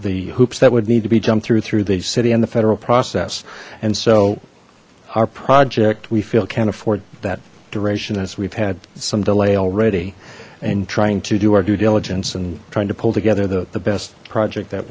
the hoops that would need to be jumped through through the city and the federal process and so our project we feel can't afford that duration as we've had some delay already and trying to do our due diligence and trying to pull together the best project that